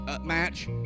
match